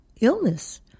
illness